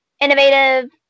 Innovative